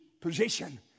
position